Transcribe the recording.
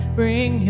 bring